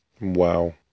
Wow